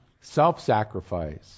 self-sacrifice